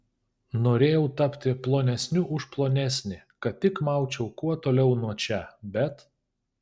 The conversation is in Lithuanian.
norėjau tapti plonesniu už plonesnį kad tik maučiau kuo toliau nuo čia bet